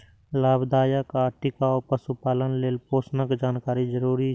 लाभदायक आ टिकाउ पशुपालन लेल पोषणक जानकारी जरूरी छै